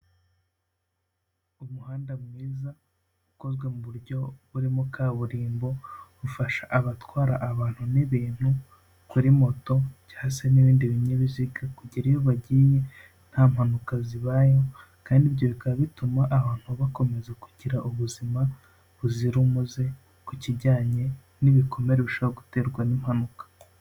Umuhanda mwiza ukozwe mu buryo burimo kaburimbo ufasha abatwara abantu n'ibintu kuri moto cyangwa se n'ibindi binyabiziga kugira iyo bagiye nta mpanuka zibaye, kandi ibyo bikaba bituma abantu bakomeza kugira ubuzima buzira umuze ku kijyanye n'ibikomere ushobora guterwa n'impanuka.